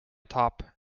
top